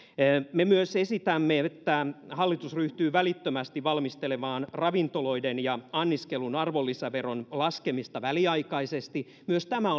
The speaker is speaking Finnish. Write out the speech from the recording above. me myös esitämme että hallitus ryhtyy välittömästi valmistelemaan ravintoloiden ja anniskelun arvonlisäveron laskemista väliaikaisesti myös tämä